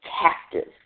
captive